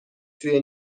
توی